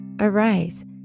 Arise